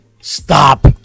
stop